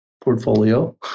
portfolio